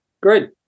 Great